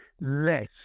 less